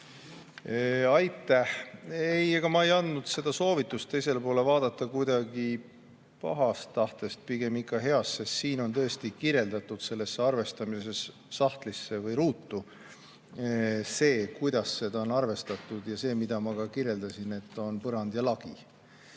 Aitäh! Ei, ega ma ei andnud soovitust teisele poole vaadata kuidagi pahas tahtes, pigem ikka heas tahtes. Siin on tõesti kirjeldatud, selles arvestamise sahtlis või ruudus see, kuidas seda on arvestatud, ja see, mida ma ka kirjeldasin, et on põrand ja lagi.